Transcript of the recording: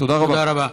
תודה רבה.